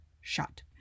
shot